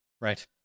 Right